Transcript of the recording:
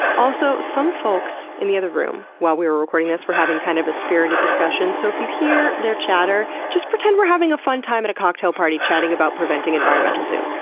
also, some folks in the other room while we were recording this were having kind of a spirited discussion, so if you hear their chatter, just pretend we're having a fun time at a cocktail party chatting about preventing environmental doom.